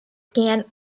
scan